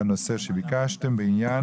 הנושא השני שישולב הוא הבקשה לדיון לפי סעיף